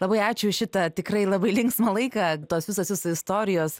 labai ačiū už šitą tikrai labai linksmą laiką tos visos jūsų istorijos